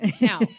Now